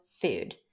food